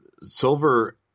silver